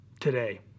today